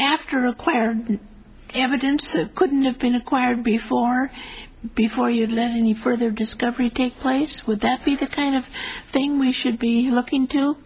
after acquiring evidence that couldn't have been acquired before before you let any further discovery take place would that be the kind of thing we should be looking to